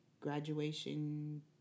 graduation